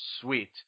Sweet